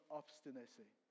obstinacy